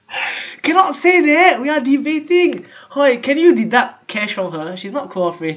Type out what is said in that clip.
cannot say that we are debating !hey! can you deduct can't show her she's not cooperate